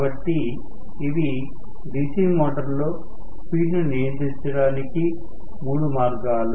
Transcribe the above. కాబట్టి ఇవి DC motor లో స్పీడ్ ను నియంత్రించడానికి మూడు మార్గాలు